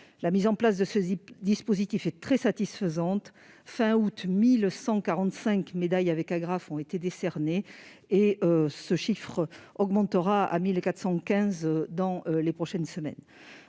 La mise en place de ce dispositif est très satisfaisante. Fin août, 1 145 médailles avec agrafe ont été décernées, et ce chiffre sera porté à 1 415 dans les prochaines semaines.